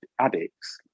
addicts